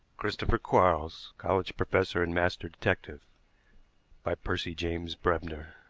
christopher quarles college professor and master detective by percy james brebner